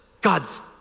God's